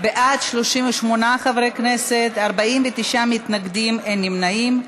בעד, 38 חברי כנסת, 49 מתנגדים, אין נמנעים.